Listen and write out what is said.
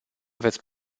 veți